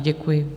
Děkuji.